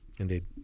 indeed